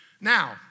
Now